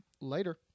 Later